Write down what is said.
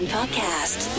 Podcast